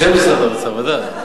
בשם משרד האוצר, ודאי.